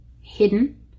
hidden